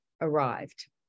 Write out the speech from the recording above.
arrived